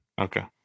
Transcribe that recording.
Okay